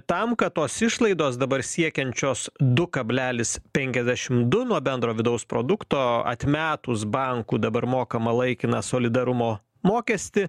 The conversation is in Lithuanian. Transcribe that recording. tam kad tos išlaidos dabar siekiančios du kablelis penkiasdešimt du nuo bendro vidaus produkto atmetus bankų dabar mokamą laikiną solidarumo mokestį